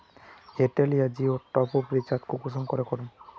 Airtel या जियोर top up recharge कुंसम करे करूम?